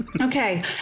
Okay